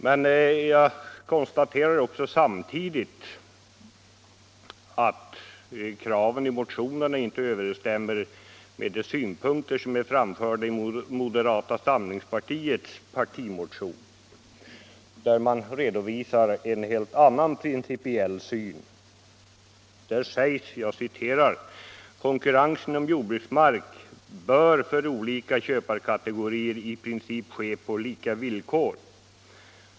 Men jag konstaterar samtidigt att kraven i motionerna inte överensstämmer med de synpunkter som är framförda i moderata samlingspartiets partimotion, där man redovisar en helt annan principiell syn. Där sägs bl.a. följande: "Konkurrensen om jordbruksmark bör för olika köparkategorier i princip ske på lika villkor.